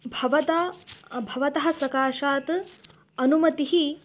भवदा भवतः सकाशात् अनुमतिः